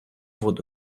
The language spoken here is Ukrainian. воду